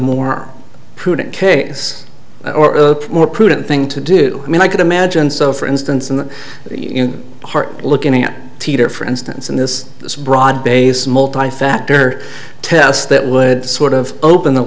more prudent case or earth more prudent thing to do i mean i could imagine so for instance in the heart looking at teeter for instance in this broad base multi factor test that would sort of open th